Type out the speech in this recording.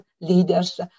leaders